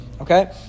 Okay